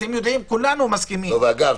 אגב,